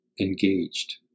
engaged